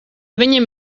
viņam